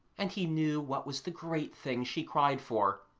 and he knew what was the great thing she cried for,